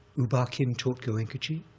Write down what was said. u ba khin taught goenkaji.